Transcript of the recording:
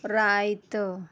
रायतं